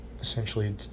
essentially